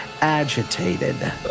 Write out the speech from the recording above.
agitated